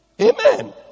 Amen